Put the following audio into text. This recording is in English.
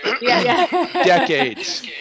decades